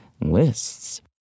lists